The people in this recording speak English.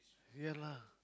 ya lah